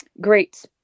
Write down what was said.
great